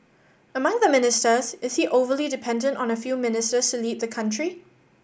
among the ministers is he overly dependent on a few ministers to lead the country